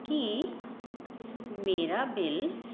ਕਿ ਮੇਰਾ ਬਿੱਲ